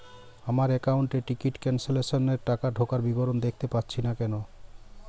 আমার একাউন্ট এ ticket cancellation এর টাকা ঢোকার বিবরণ দেখতে পাচ্ছি না কেন?